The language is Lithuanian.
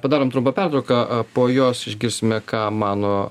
padarom trumpą pertrauką po jos išgirsime ką mano